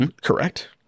Correct